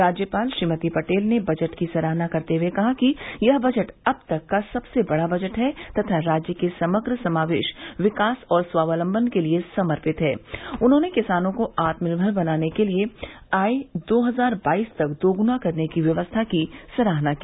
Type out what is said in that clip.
राज्यपाल श्रीमती पटेल ने बजट की सराहना करते हुए कहा कि यह बजट अब तक का सबसे बड़ा बजट है तथा राज्य के समग्र समावेश विकास और स्वावलम्बन के लिये समर्पित हैं उन्होंने किसानों को आत्मनिर्भर बनाने के लिये आय दो हजार बाईस तक दोग्ना करने की व्यवस्था की सराहना की